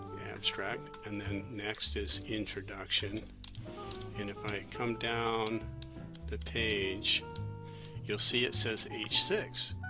abstract and next is introduction and if i come down the page you'll see it says h six